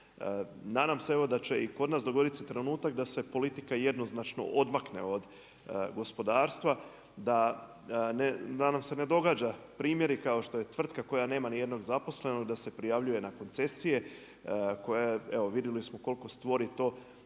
Nadam se evo da će i kod nas dogoditi se trenutak da se politika jednoznačno odmakne od gospodarstva, da nam se ne događaju primjeri kao što je tvrtka koja nema ni jednog zaposlenog, da se prijavljuje na koncesije, koja je, evo vidjeli smo koliko stvori to